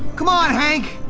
come on, hank!